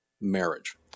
marriage